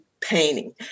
painting